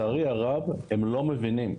לצערי הרב הם לא מבינים.